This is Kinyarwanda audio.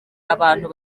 abantu